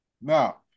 Now